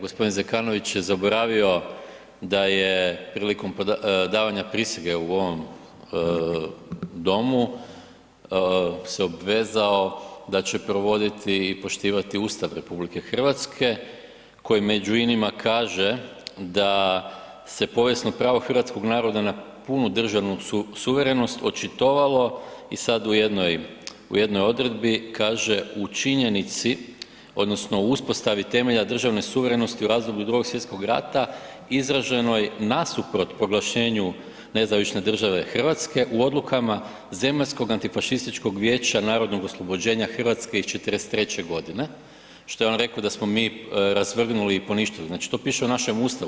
Gospodin Zekanović je zaboravio da je prilikom davanja prisege u ovom domu se obvezao da će provoditi i poštivati Ustav RH koji među inima kaže da se povijesno pravo hrvatskog naroda na punu državnu suverenost očitovalo i sad u jednoj, u jednoj odredbi kaže u činjenici odnosno u uspostavi temelja državne suverenosti u razdoblju Drugog svjetskog rata izraženoj nasuprot proglašenju NDH u odlukama Zemaljskog antifašističkog vijeća narodnog oslobođenja Hrvatske iz '43. godine, što je on reko da smo mi razvrgnuli i poništili, znači to piše u našem Ustavu.